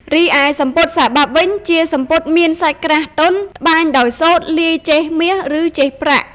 រីឯសំពត់ សារបាប់វិញជាសំពត់មានសាច់ក្រាស់ធ្ងន់ ត្បាញដោយសូត្រលាយចេសមាសឬចេសប្រាក់។